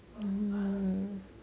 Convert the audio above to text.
mmhmm